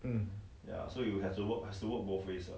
um ya